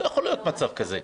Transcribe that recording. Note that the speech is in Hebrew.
לא יכול להיות מצב כזה.